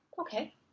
Okay